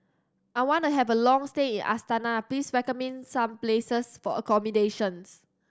I want to have a long stay in Astana please recommend me some places for accommodation